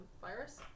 virus